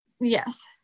Yes